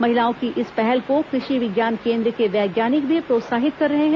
महिलाओं की इस पहल को कृषि विज्ञान केन्द्र के वैज्ञानिक भी प्रोत्सहित कर रहे हैं